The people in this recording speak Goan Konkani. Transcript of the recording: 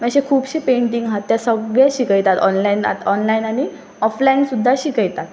मातशें खुबशे पेंटींग आसात ते सगळें शिकयतात ऑनलायन ऑनलायन आनी ऑफलायन सुद्दां शिकयतात